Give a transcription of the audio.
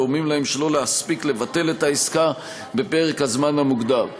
או גורמים להם שלא להספיק לבטל את העסקה בפרק הזמן המוגדר.